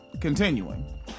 Continuing